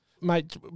Mate